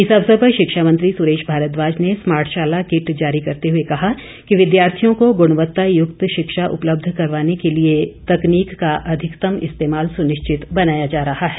इस अवसर पर शिक्षा मंत्री सुरेश भारद्वाज ने स्मार्टशाला किट जारी करते हुए कहा कि विद्यार्थियों को गुणवत्तायुक्त शिक्षा उपलब्ध करवाने के लिए तकनीक का अधिकतम इस्तेमाल सुनिश्चित बनाया जा रहा है